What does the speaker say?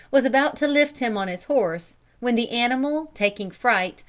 was about to lift him on his horse, when the animal, taking fright,